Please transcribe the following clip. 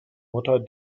mutter